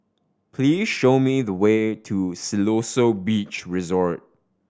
please show me the way to Siloso Beach Resort